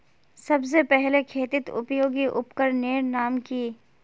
सबसे पहले खेतीत उपयोगी उपकरनेर नाम की?